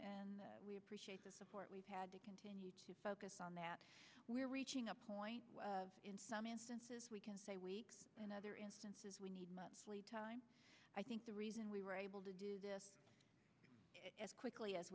and we appreciate the support we've had to continue to focus on that we're reaching a point in some instances we can say wait in other instances we need time i think the reason we were able to do this as quickly as